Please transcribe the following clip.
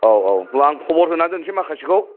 औ औ होनब्ला आं खबर होना दोननोसै माखासेखौ